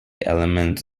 elements